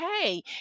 hey